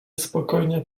spokojnie